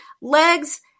Legs